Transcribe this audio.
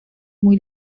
muy